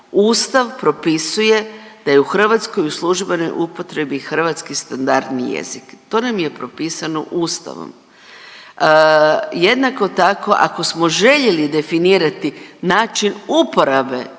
ustav propisuje da je u Hrvatskoj u službenoj upotrebi hrvatski standardni jezik, to nam je propisano ustavom. Jednako tako ako smo željeli definirati način uporabe